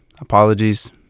Apologies